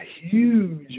huge